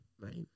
right